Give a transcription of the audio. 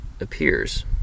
appears